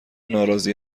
ناراضی